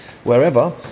wherever